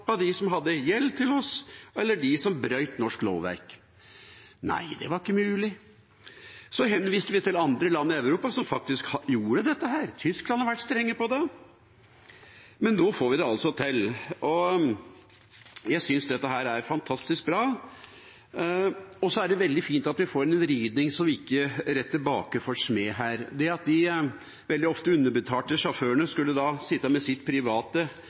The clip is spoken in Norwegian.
som hadde gjeld til oss, eller dem som brøt norsk lovverk. Nei, det var ikke mulig. Så henviste vi til andre land i Europa, som faktisk gjorde dette. Tyskland har vært strenge på det. Men nå får vi det altså til. Jeg synes dette er fantastisk bra. Og så er det veldig fint at vi får en vridning som ikke retter baker for smed her. At de veldig ofte underbetalte sjåførene skulle sitte med sitt private